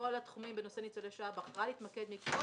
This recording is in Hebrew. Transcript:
מכל התחומים בנושא ניצולי שואה - בחרה מכל